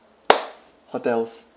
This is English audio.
hotels